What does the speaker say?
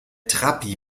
trabi